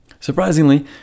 Surprisingly